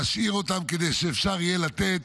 להשאיר אותן כדי שאפשר יהיה לתת